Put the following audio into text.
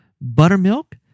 Buttermilk